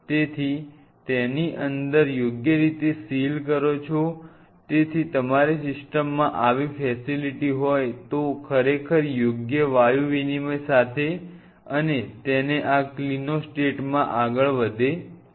તેથી તેની અંદર યોગ્ય રીતે સીલ કરો છો તેથી તમારી સિસ્ટમમાં આવી ફેસિલિટી હોય તો ખરેખર યોગ્ય વાયુ વિનિમય સાથે અને તે આ ક્લિનોસ્ટેટમાં આગળ વધે છે